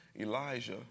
Elijah